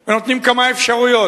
הם נותנים כמה אפשרויות,